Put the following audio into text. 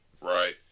Right